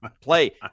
play